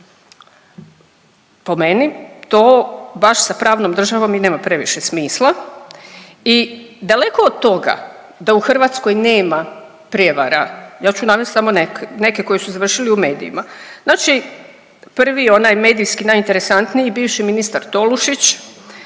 Po meni to baš sa pravnom državom i nema previše smisla i daleko od toga da u Hrvatskoj nema prevara, ja ću navest samo neke koji su završili u medijima. Znači, prvi onaj medijski najinteresantniji, bivši ministar Tolušić,